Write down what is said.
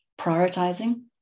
prioritizing